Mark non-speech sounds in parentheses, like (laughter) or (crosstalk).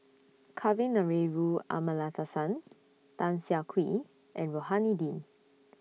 Kavignareru Amallathasan Tan Siah Kwee and Rohani Din (noise)